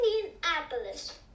Indianapolis